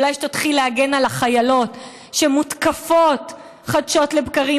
אולי שתתחיל להגן על החיילות שמותקפות חדשות לבקרים